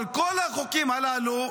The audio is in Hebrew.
אבל כל החוקים הללו,